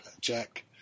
Jack